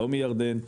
לא מירדן,